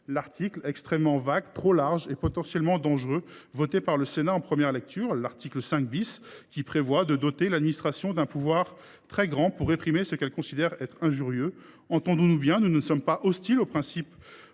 l’article, extrêmement vague, trop large et potentiellement dangereux, voté par le Sénat en première lecture : l’article 5, qui prévoit de doter l’administration d’un très grand pouvoir pour réprimer ce qu’elle considère comme injurieux. Entendons nous bien : nous ne sommes pas hostiles par principe